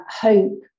hope